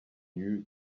knew